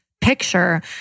picture